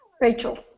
Rachel